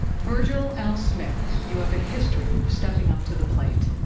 virgil l. smith, you have a history of stepping up to the plate.